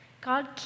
God